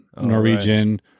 Norwegian